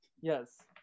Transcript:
Yes